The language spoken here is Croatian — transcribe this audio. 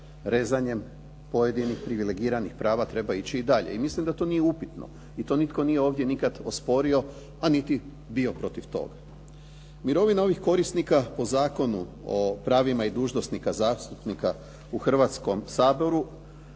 rezanjem pojedinih privilegiranih prava treba ići i dalje i mislim da to nije upitno i to nitko nije ovdje nikad osporio, a niti bio protiv toga. Mirovina ovih korisnika po Zakonu o pravima i dužnostima zastupnika u Hrvatskom saboru